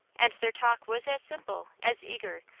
and their talk was as simple, as eager,